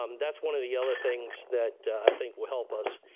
um that's one of the other things that i think will help us,